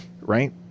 right